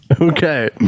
okay